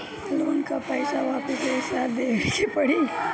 Loan का पईसा वापिस एक साथ देबेके पड़ी?